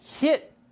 hit